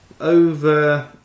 Over